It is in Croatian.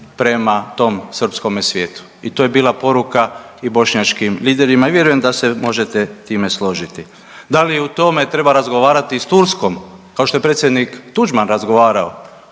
prema tom srpskome svijetu. I to je bila poruka i bošnjačkim liderima i vjerujem da se možete time složiti. Da li u tome treba razgovarati s Turskom kao što je predsjednik Tuđman razgovarao